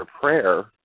prayer